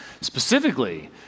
specifically